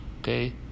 okay